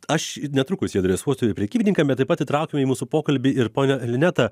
aš netrukus jį adresuosiu ir prekybininkam bet taip pat įtraukiu į mūsų pokalbį ir ponią linetą